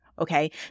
Okay